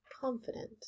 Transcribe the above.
confident